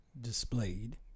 displayed